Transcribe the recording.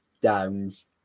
Downs